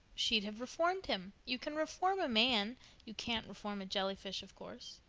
she'd have reformed him. you can reform a man you can't reform a jelly-fish, of course.